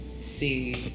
See